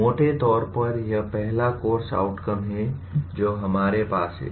मोटे तौर पर यह पहला कोर्स आउटकम है जो हमारे पास है